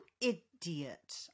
idiot